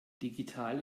digital